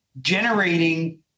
generating